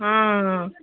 ହଁ ହଁ